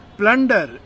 plunder